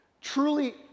truly